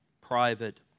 private